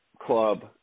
Club